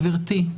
גברתי,